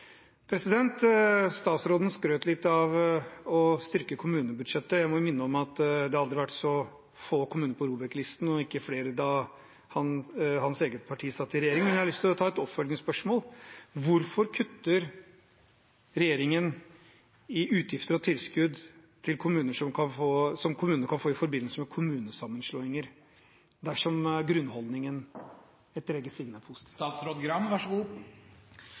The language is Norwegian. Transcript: Statsråden skrøt litt av å styrke kommunebudsjettet. Jeg må minne om at det aldri har vært så få kommuner på ROBEK-listen, og ikke flere enn da hans eget parti satt i regjering. Men jeg har lyst til å stille et oppfølgingsspørsmål: Hvorfor kutter regjeringen når det gjelder utgifter og tilskudd som kommunene kan få i forbindelse med kommunesammenslåinger, dersom grunnholdningen etter eget sigende